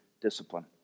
discipline